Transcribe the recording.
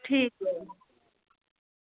ठीक